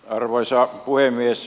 arvoisa puhemies